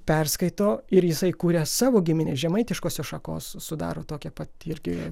perskaito ir jisai kuria savo giminės žemaitiškosios šakos sudaro tokią pat irgi